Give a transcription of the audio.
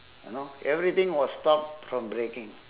you know everything was stopped from breaking